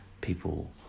people